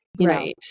Right